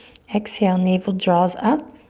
exhale, navel draws up.